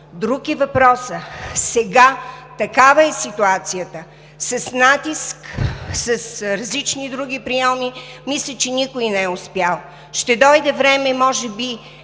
Друг е въпросът. Сега такава е ситуацията – с натиск, с различни други прийоми, мисля, че никой не е успял. Ще дойде време, може би